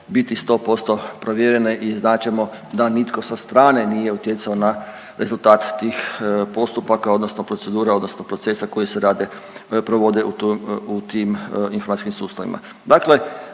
biti 100% provjerene i znat ćemo da nitko sa strane nije utjecao na rezultat tih postupaka odnosno procedura odnosno procesa koji se rade, provode u tim informacijskim sustavima.